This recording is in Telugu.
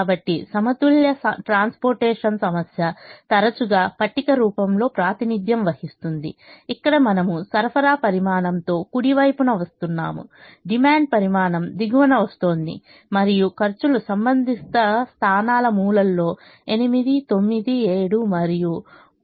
కాబట్టి సమతుల్య ట్రాన్స్పోర్టేషన్ సమస్య తరచుగా పట్టిక రూపంలో ప్రాతినిధ్యం వహిస్తుంది ఇక్కడ మనము సరఫరా పరిమాణంతో కుడి వైపున వస్తున్నాము డిమాండ్ పరిమాణం దిగువన వస్తోంది మరియు ఖర్చులు సంబంధిత స్థానాల మూలల్లో 8 9 7 మరియు మొదలైనవి గా చూపబడుతున్నాయి